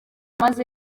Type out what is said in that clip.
maze